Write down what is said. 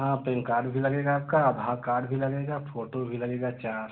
हाँ PAN card भी लगेगा आपका आधार कार्ड भी लगेगा फोटो भी लगेगा चार